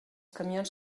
camions